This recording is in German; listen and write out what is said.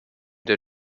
der